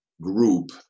group